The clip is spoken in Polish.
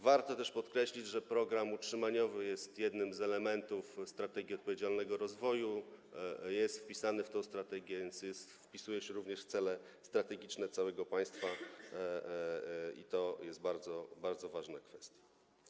Warto też podkreślić, że program utrzymaniowy jest jednym z elementów strategii odpowiedzialnego rozwoju, jest wpisany w tę strategię, więc wpisuje się również w cele strategiczne całego państwa, i to jest bardzo, bardzo ważna kwestia.